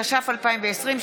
התש"ף 2020,